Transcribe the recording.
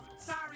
Sorry